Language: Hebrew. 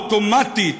אוטומטית,